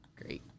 Great